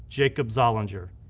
jacob zolinger,